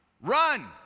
Run